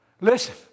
Listen